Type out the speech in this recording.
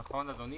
נכון, אדוני.